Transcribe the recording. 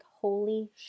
holy